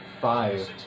five